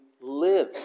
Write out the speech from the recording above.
live